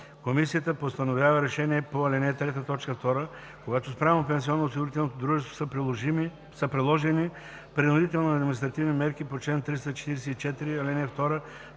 Комисията постановява решение по ал. 3, т. 2, когато спрямо пенсионноосигурителното дружество са приложени принудителни административни мерки по чл. 344, ал. 2,